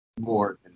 more